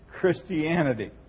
Christianity